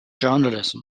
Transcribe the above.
journalism